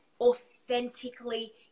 authentically